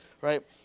Right